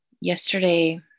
Yesterday